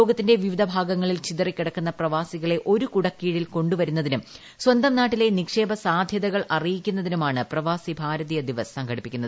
ലോകത്തിന്റെ വിവിധ ഭാഗങ്ങളിൽ ച്ചിതറിക്കിടക്കുന്ന പ്രവാസികളെ ഒരു കൂടക്കീഴിൽ കൊണ്ടുവരുന്നതിരും സ്വന്തം നാട്ടിലെ നിക്ഷേപ സാധ്യതകൾ അറിയിക്കുന്നതിനുമാണ് പ്രിക്ടാസി ഭാരതീയ ദിവസ് സംഘടിപ്പിക്കുന്നത്